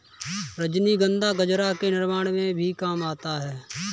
रजनीगंधा गजरा के निर्माण में भी काम आता है